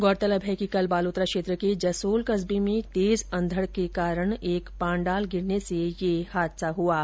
गौरतलब है कि कल बालोतरा क्षेत्र के जसोल कस्बे में तेज अंधड़ के कारण एक पाण्डाल गिरने से ये हादसा हुआ था